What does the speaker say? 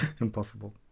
Impossible